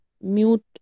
Mute